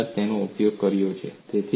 વેસ્ટરગાર્ડે તેનો ઉપયોગ કર્યો છે